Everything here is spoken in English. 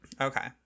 Okay